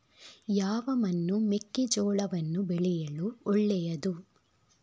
ಯಾವ ಮಣ್ಣು ಮೆಕ್ಕೆಜೋಳವನ್ನು ಬೆಳೆಯಲು ಒಳ್ಳೆಯದು?